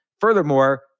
Furthermore